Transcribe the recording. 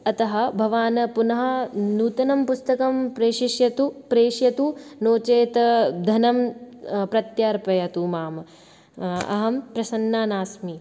अतः भवान् पुनः नूतनं पुस्तकं प्रेषयिष्यतु प्रेषयतु नो चेत् धनं प्रत्यर्पयतु माम् अहं प्रसन्ना नास्मि